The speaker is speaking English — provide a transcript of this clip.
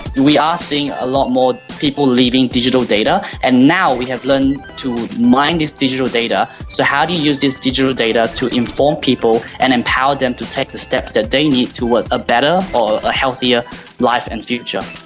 we are seeing a lot more people leaving digital data, and now we have learned to mine this digital data. so how do you use this digital data to inform people and empower them to take the steps that they need towards a better or a healthier life and future?